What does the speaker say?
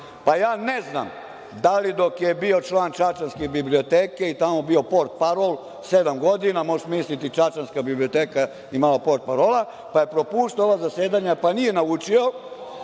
Pa, ja ne znam, da li dok je bio član Čačanske biblioteke i tamo bio portparol sedam godina. Možeš misliti Čačanska biblioteka imala portparola, pa je propuštao ova zasedanja pa nije naučio